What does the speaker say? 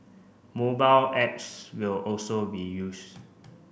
mobile apps will also be used